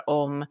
om